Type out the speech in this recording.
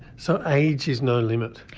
so age is no limit?